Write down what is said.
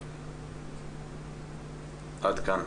עד כאן.